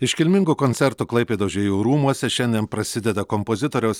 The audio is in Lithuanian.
iškilmingu koncertu klaipėdos žvejų rūmuose šiandien prasideda kompozitoriaus